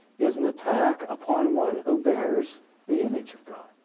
is an attack upon one who bears the image of god.